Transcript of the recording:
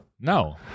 No